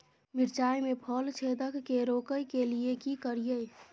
मिर्चाय मे फल छेदक के रोकय के लिये की करियै?